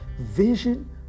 Vision